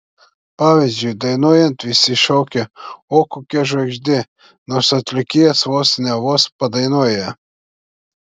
pavyzdžiui dainuojant visi šaukia o kokia žvaigždė nors atlikėjas vos ne vos padainuoja